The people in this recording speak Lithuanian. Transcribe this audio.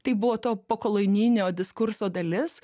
tai buvo to pokolonijinio diskurso dalis